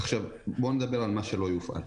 בוא נדבר על מה שלא יופעל: